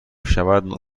شود